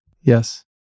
yes